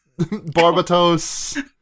Barbatos